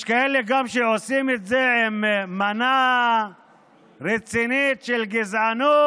יש כאלה גם שעושים את זה עם מנה רצינית של גזענות,